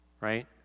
right